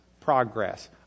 Progress